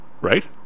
Right